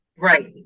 Right